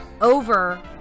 over